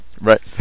Right